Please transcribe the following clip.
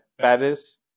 Paris